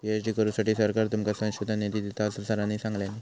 PhD करुसाठी सरकार तुमका संशोधन निधी देता, असा सरांनी सांगल्यानी